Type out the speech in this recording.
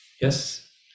Yes